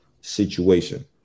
Situation